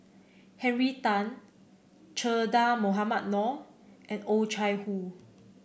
Henry Tan Che Dah Mohamed Noor and Oh Chai Hoo